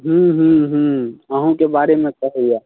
हूँ हूँ हूँ अहुँके बारेमे कहैया